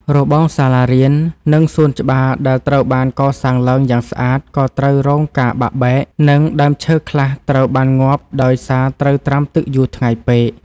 របងសាលារៀន និងសួនច្បារដែលត្រូវបានកសាងឡើងយ៉ាងស្អាត ក៏ត្រូវរងការបាក់បែក និងដើមឈើខ្លះត្រូវបានងាប់ដោយសារត្រូវត្រាំទឹកយូរថ្ងៃពេក។